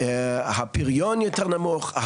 הפריון יותר נמוך,